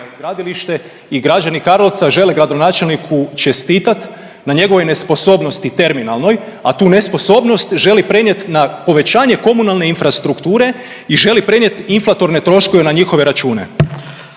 i građani Karlovca žele gradonačelniku čestitat na njegovoj nesposobnosti terminalnoj, a tu nesposobnost želi prenijet na povećanje komunalne infrastrukture i želi prenijet inflatorne troškove na njihove račune.